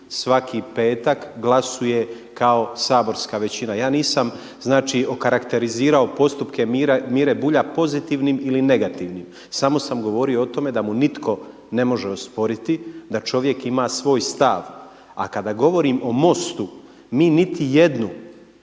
svaki petak glasuje kao saborska većina. Ja nisam znači okarakterizirao postupke Mire Bulja pozitivnim ili negativnim. Samo sam govorio o tome da mu nitko ne može osporiti da čovjek ima svoj stav. A kada govorim o Mostu mi niti jednu